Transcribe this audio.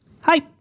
hi